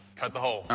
cut the hole.